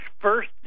first